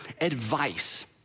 advice